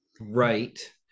Right